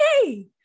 okay